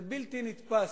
זה בלתי נתפס.